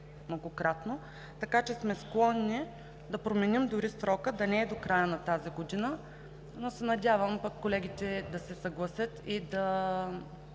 България. Така че сме склонни да променим дори срока – да не е до края на тази година, но се надявам пък колегите да се съгласят и да